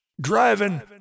driving